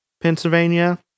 Pennsylvania